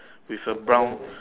with the brown